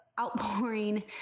outpouring